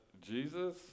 Jesus